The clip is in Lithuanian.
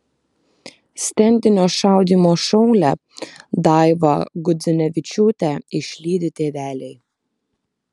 stendinio šaudymo šaulę daivą gudzinevičiūtę išlydi tėveliai